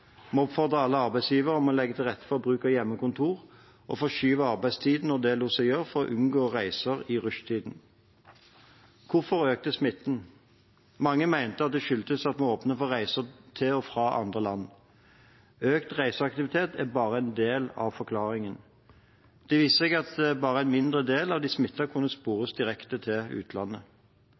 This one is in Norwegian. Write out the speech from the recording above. Vi oppfordret alle arbeidsgivere om å legge til rette for bruk av hjemmekontor og forskyve arbeidstiden når det lot seg gjøre, for å unngå reiser i rushtiden. Hvorfor økte smitten? Mange mente at det skyldtes at vi åpnet for reiser til og fra andre land. Økt reiseaktivitet er bare en del av forklaringen. Det viste seg at bare en mindre del av de smittede kunne spores direkte til utlandet.